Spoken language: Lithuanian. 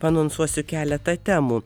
anonsuosiu keletą temų